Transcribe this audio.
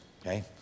okay